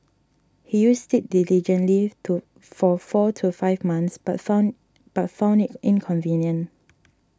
he used it diligently to for four to five months but found but found it inconvenient